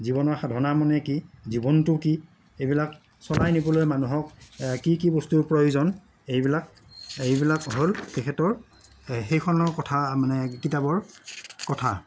জীৱনৰ সাধনা মানে কি জীৱনটো কি এইবিলাক চলাই নিবলৈ মানুহক কি কি বস্তুৰ প্ৰয়োজন এইবিলাক এইবিলাক হ'ল তেখেতৰ সেইখনৰ কথা মানে কিতাপৰ কথা